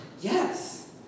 Yes